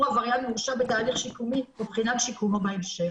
עבריין מורשע בתהליך שיקומי מבחינת שיקומו בהמשך.